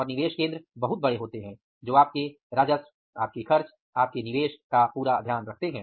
और निवेश केंद्र बहुत बड़े होते हैं जो आपके राजस्व आपके खर्च आपके निवेश का पूरा ध्यान रखते हैं